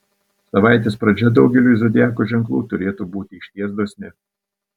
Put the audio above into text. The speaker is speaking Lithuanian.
savaitės pradžia daugeliui zodiako ženklų turėtų būti išties dosni